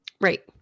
Right